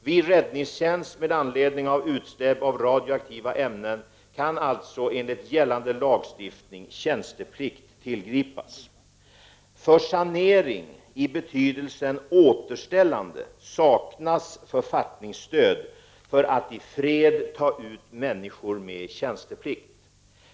Vid räddningstjänst med anledning av utsläpp av radioaktiva ämnen kan alltså enligt gällande lagstiftning tjänsteplikt tillgripas. För sanering i betydelsen återställande saknas författningsstöd för att i fred ta ut människor med tjänsteplikt.